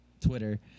Twitter